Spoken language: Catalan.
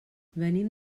venim